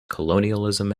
colonialism